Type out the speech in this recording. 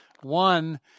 One